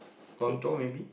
Guangzhou maybe